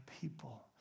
people